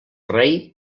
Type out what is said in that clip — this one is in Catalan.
rei